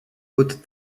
hautes